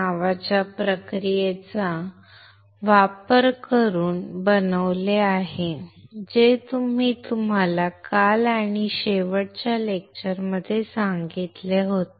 नावाच्या प्रक्रियेचा वापर करून बनवले आहे जे मी तुम्हाला काल किंवा शेवटच्या लेक्चरमध्ये सांगितले होते